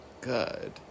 good